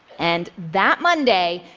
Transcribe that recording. and that monday,